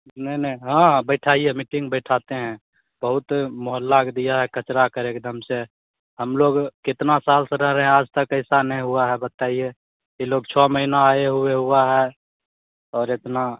नहीं नहीं हाँ हाँ बिठाइए मीटिंग बैठाते हैं बहुत मोहल्ला क दिया है कचरा कर एकदम से हम लोग कितना साल से रह रहे हैं आज तक ऐसा नहीं हुआ है बताइए ई लोग छः महीना आए हुए हुआ है और इतना